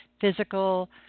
physical